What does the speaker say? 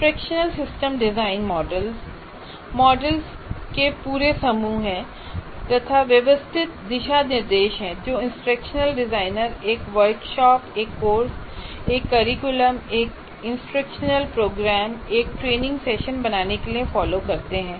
instructional system design models models के पूरे समूह हैं तथा व्यवस्थित दिशा निर्देश हैं जो इंस्ट्रक्शनल डिज़ाइनर एक वर्कशॉप एक कोर्स एक करिकुलम एक इंस्ट्रक्शनल प्रोग्राम एक ट्रेनिंग सेशन बनाने के लिए फॉलो करते हैं